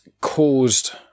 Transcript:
caused